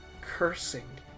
cursing